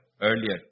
earlier